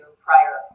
prior